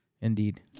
Indeed